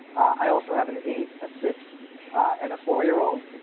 i also have an eight a six and a four year old.